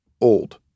old